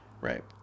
Right